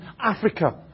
Africa